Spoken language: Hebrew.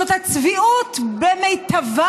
זאת הצביעות במיטבה,